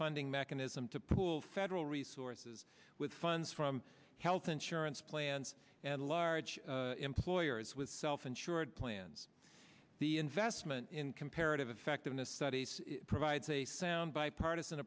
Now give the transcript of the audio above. funding mechanism to pool federal resources with funds from health insurance plans and large employers with self insured plans the investment in comparative effectiveness studies provides a sound bipartisan